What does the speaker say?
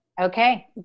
Okay